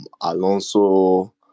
Alonso